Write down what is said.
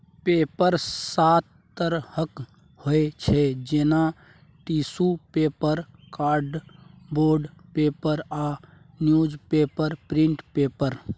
paper सात तरहक होइ छै जेना टिसु पेपर, कार्डबोर्ड पेपर आ न्युजपेपर प्रिंट पेपर